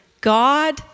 God